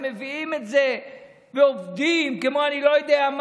אתם מביאים את זה ועובדים כמו אני-לא-יודע-מה,